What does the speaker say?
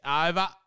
Over